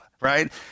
right